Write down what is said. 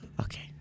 Okay